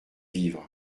vivres